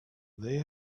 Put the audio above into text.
they